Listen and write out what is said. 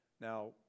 Now